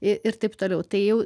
ir taip toliau tai jau